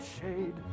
shade